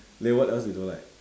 then what else you don't like